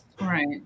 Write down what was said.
Right